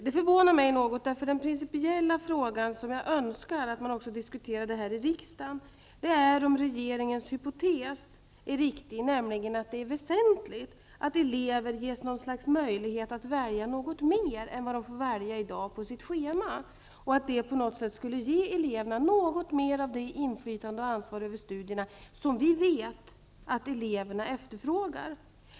Det förvånar mig något, eftersom den principiella fråga som jag önskar att man diskuterade även här i riksdagen är om regeringens hypotes är riktig, nämligen att det är väsentligt att elever ges något slags möjlighet att välja något mer än de kan i dag på sitt schema och att det på något sätt skulle ge eleverna något mer av det inflytande och ansvar över studierna som vi vet att eleverna efterfrågar.